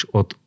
od